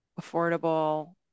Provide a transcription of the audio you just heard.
affordable